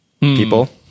people